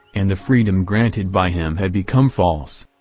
and the freedom granted by him had become false.